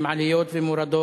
על עליות ומורדות,